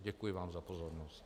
Děkuji vám za pozornost.